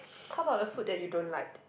how about the food that you don't like